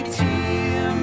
tear